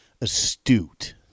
astute